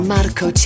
Marco